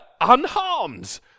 unharmed